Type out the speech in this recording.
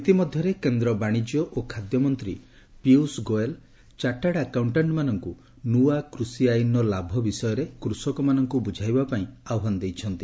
ଇତିମଧ୍ୟରେ କେନ୍ଦ୍ର ବାଣିଜ୍ୟ ଓ ଖାଦ୍ୟ ମନ୍ତ୍ରୀ ପୀୟୁଷ ଗୋୟଲ ଚାର୍ଟାର୍ଡ ଆକାଉଣ୍ଟାଷ୍ଟ୍ମାନଙ୍କୁ ନୂଆ କୃଷି ଆଇନର ଲାଭ ବିଷୟରେ କୃଷକମାନଙ୍କୁ ବ୍ରଝାଇବା ପାଇଁ ଆହ୍ୱାନ ଦେଇଛନ୍ତି